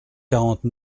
quarante